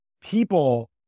people